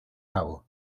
cabo